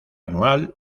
anual